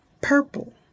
Purple